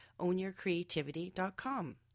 ownyourcreativity.com